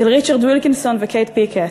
של ריצ'ארד ווילקינסון וקייט פיקט.